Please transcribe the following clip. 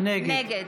נגד